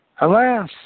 Alas